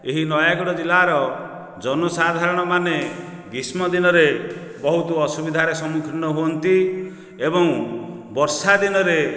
ଏହି ନୟାଗଡ଼ ଜିଲ୍ଲାର ଜନସାଧାରଣ ମାନେ ଗ୍ରୀଷ୍ମ ଦିନରେ ବହୁତ ଅସୁବିଧା ର ସମ୍ମୁଖିନ ହୁଅନ୍ତି ଏବଂ ବର୍ଷା ଦିନରେ